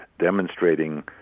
demonstrating